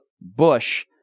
Bush